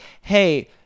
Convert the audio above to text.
hey